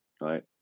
right